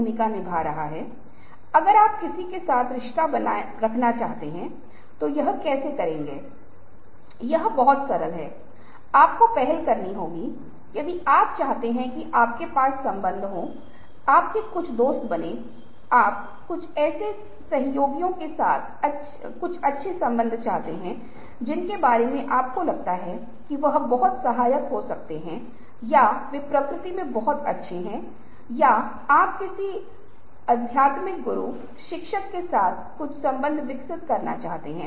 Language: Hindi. हालाँकि मैं आपके साथ जल्दी से साझा करना चाहूंगा कि इस तरह की परंपरा काफी हाल ही में उत्तरीन हुई है पिछले 40 से 50 साल हो सकती है इससे पहले हमारे पास ग्रंथों की परंपरा थी जहां ग्रंथों का प्रभुत्व है और छवियां जहां उपसमुदाय हैं और अभी भी पहले उससे पहले यदि आप भारतीय परंपरा को देख रहे हैं तो हमारे पास एक मजबूत अंतर्निर्भरता थी यदि आप श्रुति पर श्रवण संबंधी इंद्रियों पर स्मृति पर चीजों को सुनते हुए और याद करते हुए याद करते हैं चीजें और आप पाते हैं कि यह उस परंपरा में था कि वेदों का संचार किया गया था मुंह से शब्द मौखिक परंपरा के रूप में जाना जाता है